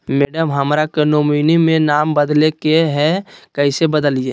madam, हमरा के nominee में नाम बदले के हैं, कैसे बदलिए